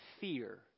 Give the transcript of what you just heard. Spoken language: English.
fear